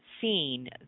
seen